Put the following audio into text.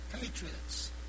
Patriots